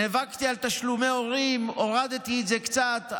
נאבקתי על תשלומי הורים הורדתי את זה קצת,